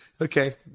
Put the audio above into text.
okay